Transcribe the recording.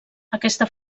aquesta